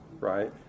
right